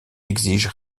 exige